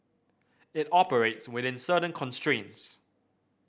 it operates within certain constraints